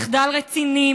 מחדל רציני,